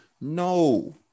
No